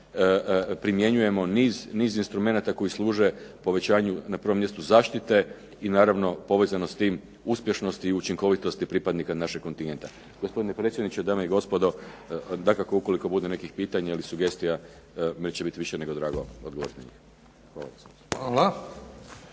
primjenjujemo niz instrumenata koji služe povećanju na prvom mjestu zaštite i naravno povezano s tim uspješnosti i učinkovitosti pripadnika našeg kontingenta. Gospodine predsjedniče, dame i gospodo, dakako ukoliko bude nekih pitanja ili sugestija meni će biti više nego drago odgovoriti.